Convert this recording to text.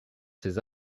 ces